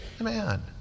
man